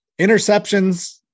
Interceptions